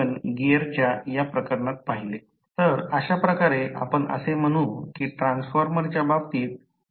तर हे बाह्य प्रतिरोधक आहेत प्रत्यक्षात सुरुवातीच्या काळात वापरल्या जाणाऱ्या व सामान्य चालू स्थितीत तीन ब्रश शॉर्ट सर्किट असतात